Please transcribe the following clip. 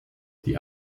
die